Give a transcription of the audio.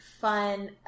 fun